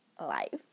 life